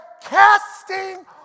casting